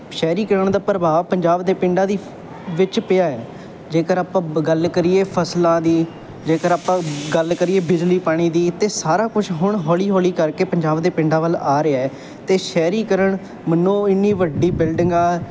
ਸ਼ਹਿਰੀਕਰਨ ਦਾ ਪ੍ਰਭਾਵ ਪੰਜਾਬ ਦੇ ਪਿੰਡਾਂ ਦੀ ਵਿੱਚ ਪਿਆ ਹੈ ਜੇਕਰ ਆਪਾਂ ਬ ਗੱਲ ਕਰੀਏ ਫ਼ਸਲਾਂ ਦੀ ਜੇਕਰ ਆਪਾਂ ਗੱਲ ਕਰੀਏ ਬਿਜਲੀ ਪਾਣੀ ਦੀ ਤਾਂ ਸਾਰਾ ਕੁਛ ਹੁਣ ਹੌਲੀ ਹੌਲੀ ਕਰਕੇ ਪੰਜਾਬ ਦੇ ਪਿੰਡਾਂ ਵੱਲ ਆ ਰਿਹਾ ਹੈ ਅਤੇ ਸ਼ਹਿਰੀਕਰਨ ਮੰਨੋ ਇੰਨੀ ਵੱਡੀ ਬਿਲਡਿੰਗ ਆ